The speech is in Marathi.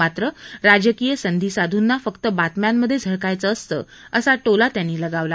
मात्र राजकीय संधिसाधूना फक्त बातम्यांमध्ये झळकायचं असतं असा टोला त्यांनी लगावला